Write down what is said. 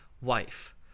wife